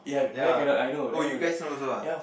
ya oh you guys know also ah